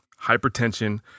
hypertension